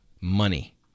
money